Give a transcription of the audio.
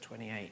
28